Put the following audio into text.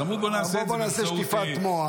אז אמרו: בואו נעשה את זה באמצעות תקציבים,